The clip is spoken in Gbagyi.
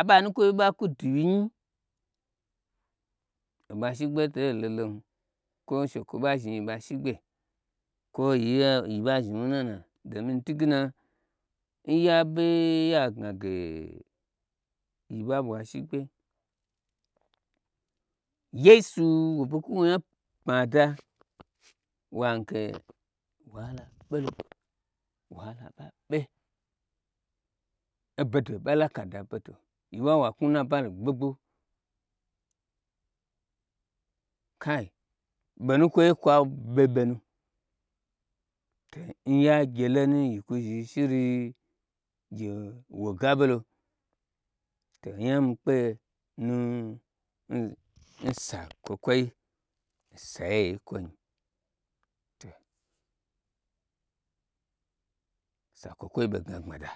Aɓo anukwoi n ɓa kwu duwyi nyi oɓa shigbe to lolon kwo she kwo ɓa zhin yi ɓa shigbe kwo yia yiba zhni wuna nana domin ntugena nyabe ya gnage yi ɓa bwa shigbe yeisu wo ɓo kwuwo nya pmada wagnage wahala bolo wa hala ɓabe, obedo ɓa laka da obedo yiɓa wo'a knwu nabali gbogbo kai bonu kwoiye kwa ɓeɓe nu nya gye lonu yi kwu zhi shiri ye wo gaɓe lo to onya mi kpelo nsa kwokwai nsayai kwonu nu. To sa kwakwai ɓo gna gbmada